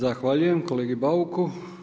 Zahvaljujem kolegi Bauku.